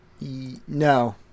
No